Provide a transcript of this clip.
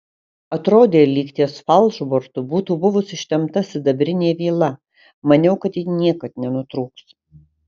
atrodė lyg ties falšbortu būtų buvus ištempta sidabrinė viela maniau kad ji niekad nenutrūks